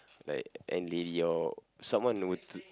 like an lady or someone were to